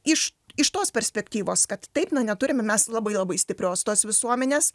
iš iš tos perspektyvos kad taip na neturime mes labai labai stiprios tos visuomenės